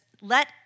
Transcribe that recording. let